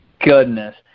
goodness